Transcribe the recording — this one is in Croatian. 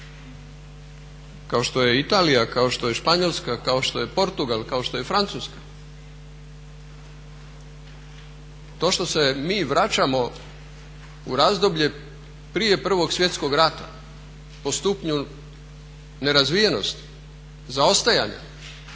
kao što je Italija, kao što je Španjolska, kao što je Portugal, kao što je Francuska to što se mi vraćamo u razdoblje prije Prvog svjetskog rata po stupnju nerazvijenosti, zaostajanja,